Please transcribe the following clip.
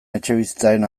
etxebizitzaren